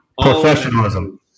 professionalism